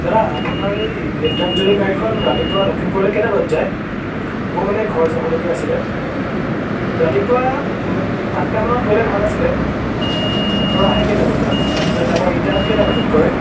দাদা আপোনাৰ এই নৃত্যাঞ্জলী গাড়ীখন ৰাতিপুৱা লক্ষীমপুৰলৈ কেইটা বজাত যায় মই মানে ঘৰ যাবলগীয়া আছিলে ৰাতিপুৱা আঠটামানত গ'লে ভাল আছিলে আৰু আহে কেইটা বজাত তাৰ পৰা ৰিটাৰ্ন কেইটা বজাত কৰে